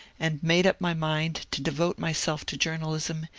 and made up my mind to devote myself to journalism,